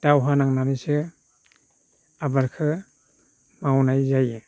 दावहा नांनानैसो आबादखौ मावनाय जायो